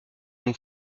nous